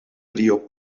río